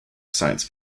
science